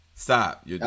Stop